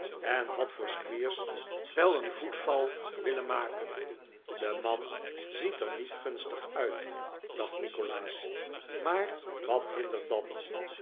en had voor squeers wel een voetval willen maken de man ziet er niet gunstig uit dacht nikolaas maar wat hindert dat